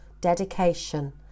dedication